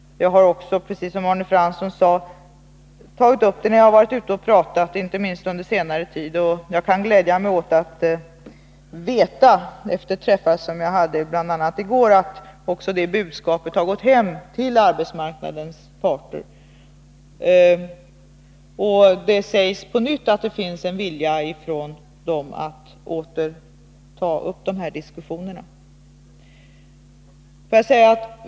Jag har också, precis som Arne Fransson sade, tagit upp det när jag har varit ute och pratat, inte minst under senare tid. Jag kan glädja mig åt att veta, efter träffar jag hade bl.a. i går, att också detta budskap har gått hem hos arbetsmarknadens parter. Det sägs på nytt att det från deras sida finns en vilja att åter ta upp dessa diskussioner.